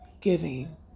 giving